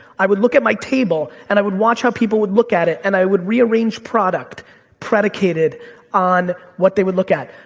i would look at my table and i would watch how people would look at it and i would rearrange product predicated on what they would look at.